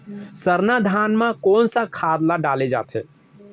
सरना धान म कोन सा खाद ला डाले जाथे?